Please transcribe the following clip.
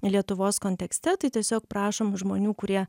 lietuvos kontekste tai tiesiog prašom žmonių kurie